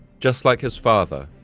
just like his father,